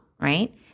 Right